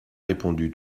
répondu